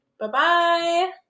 bye-bye